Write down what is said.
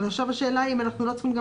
אבל עכשיו השאלה אם אנחנו לא צריכים גם